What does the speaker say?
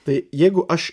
tai jeigu aš